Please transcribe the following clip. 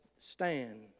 stand